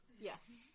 Yes